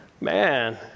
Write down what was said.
man